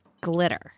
glitter